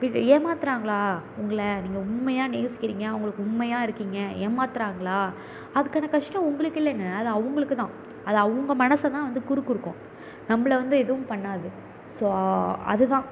ஏமாத்துகிறாங்களா உங்களை நீங்கள் உண்மையாக நேசிக்கிறீங்க அவங்களுக்கு உண்மையாக இருக்கீங்க ஏமாத்துகிறாங்களா அதுக்கான கஷ்டம் உங்களுக்கு இல்லைங்க அது அவங்களுக்கு தான் அது அவங்க மனதை தான் வந்து குறுகுறுக்கும் நம்மளை வந்து எதுவும் பண்ணாது ஸோ அதுதான்